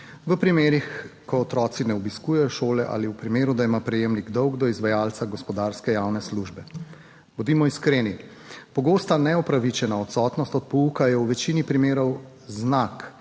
v primerih, ko otroci ne obiskujejo šole, ali v primeru, da ima prejemnik dolg do izvajalca gospodarske javne službe. Bodimo iskreni, pogosta neupravičena odsotnost od pouka je v večini primerov znak,